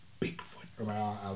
Bigfoot